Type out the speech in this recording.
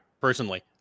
personally